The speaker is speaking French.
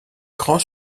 grand